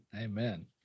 Amen